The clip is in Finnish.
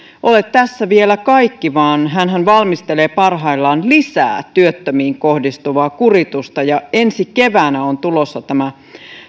ole tässä vielä kaikki vaan hänhän valmistelee parhaillaan lisää työttömiin kohdistuvaa kuritusta ja ensi keväänä on tulossa tämä